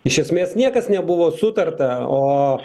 iš esmės niekas nebuvo sutarta o